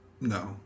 no